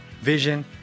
vision